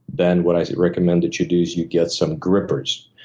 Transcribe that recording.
then what i recommend that you do is you get some grippers.